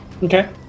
Okay